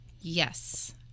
Yes